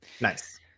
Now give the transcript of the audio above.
nice